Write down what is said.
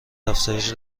افزایش